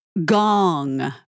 Gong